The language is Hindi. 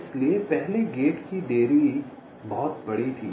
इसलिए पहले गेट की देरी बहुत बड़ी थी